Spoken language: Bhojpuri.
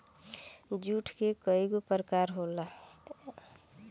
जुट के कइगो प्रकार होला